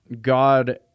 God